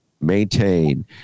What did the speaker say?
maintain